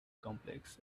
complex